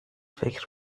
فکر